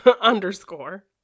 underscore